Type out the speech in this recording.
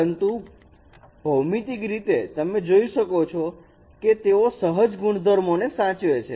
પરંતુ ભૌમિતિક રીતે તમે જોઈ શકો છો કે તેઓ સહજ ગુણધર્મોને સાચવે છે